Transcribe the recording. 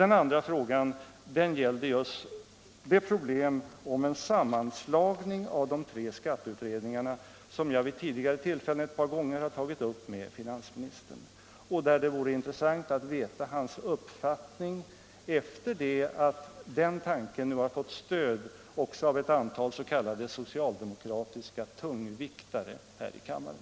Den andra frågan gällde problemet med en sammanslagning av de tre skatteutredningarna, som jag tidigare ett par gånger har tagit upp med finansministern och där det vore intressant att få veta hans uppfattning efter det att den tanken nu har fått stöd också av ett antal socialdemokratiska s.k. tungviktare här i kammaren.